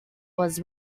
was